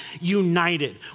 united